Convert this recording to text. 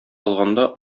алганда